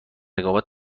رقابت